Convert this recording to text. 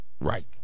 Right